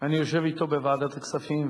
אני יושב אתו בוועדת הכספים,